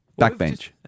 Backbench